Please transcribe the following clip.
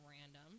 random